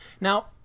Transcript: now